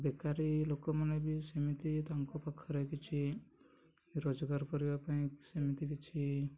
ବେକାରୀ ଲୋକମାନେ ବି ସେମିତି ତାଙ୍କ ପାଖରେ କିଛି ରୋଜଗାର କରିବା ପାଇଁ ସେମିତି କିଛି